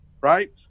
Right